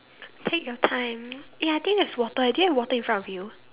take your time eh I think there's water eh do you have water in front of you